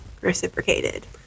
reciprocated